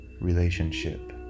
relationship